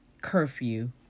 curfew